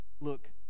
Look